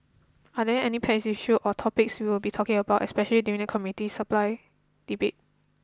are there any pet issues or topics we will be talking about especially during the Committee Supply debate